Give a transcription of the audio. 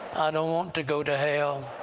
i don't want to go to hell!